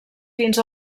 fins